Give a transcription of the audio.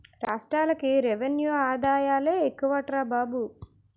రాష్ట్రాలకి రెవెన్యూ ఆదాయాలే ఎక్కువట్రా బాబు